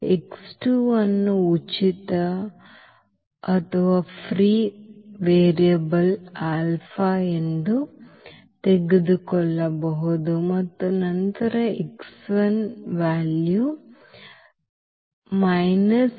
X 2 ಅನ್ನು ಉಚಿತಫ್ರೀ variable alpha ಎಂದು ತೆಗೆದುಕೊಳ್ಳಲಾಗಿದೆ ಮತ್ತು ನಂತರ ಬರುತ್ತಿದೆ